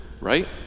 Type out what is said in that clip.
right